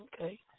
Okay